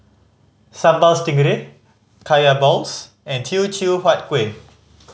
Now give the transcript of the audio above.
Sambal Stingray Kaya balls and Teochew Huat Kueh